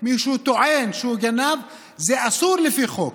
מי שהוא טוען שהוא גנב, זה אסור לפי חוק.